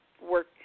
work